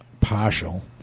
partial